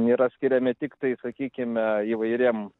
yra skiriami tiktai sakykime įvairiem